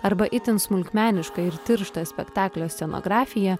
arba itin smulkmenišką ir tirštą spektaklio scenografiją